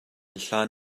hlan